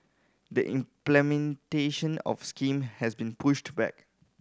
the implementation of the scheme has been pushed back